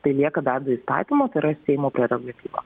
tai lieka dar be įstatymo tai yra seimo prerogatyva